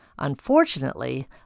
Unfortunately